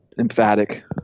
emphatic